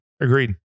Agreed